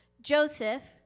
Joseph